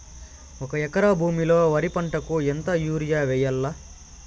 ఒక ఎకరా భూమిలో వరి పంటకు ఎంత యూరియ వేయల్లా?